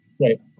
Right